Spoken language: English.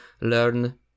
learn